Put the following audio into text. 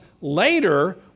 later